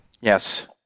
Yes